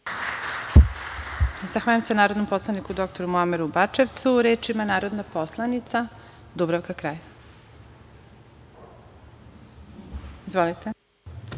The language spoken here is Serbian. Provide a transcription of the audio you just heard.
Zahvaljujem se narodnom poslaniku dr Muameru Bačevcu. Reč ima narodna poslanica Dubravka Kralj. Izvolite.